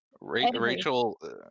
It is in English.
Rachel